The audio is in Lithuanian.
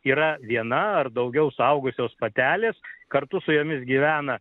yra viena ar daugiau suaugusios patelės kartu su jomis gyvena